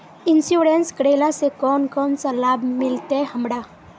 Insurance करेला से कोन कोन सा लाभ मिलते हमरा?